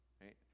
right